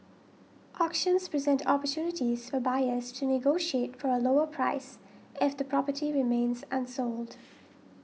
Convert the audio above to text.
auctions present opportunities for buyers to negotiate for a lower price if the property remains unsold